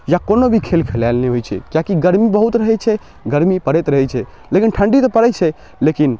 या कोनो भी खेल खेलाएल नहि होइ छै किएकि गरमी बहुत रहै छै गरमी पड़ैत रहै छै लेकिन ठण्डी तऽ पड़ै छै लेकिन